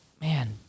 man